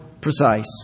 precise